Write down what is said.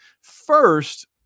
first